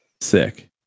Sick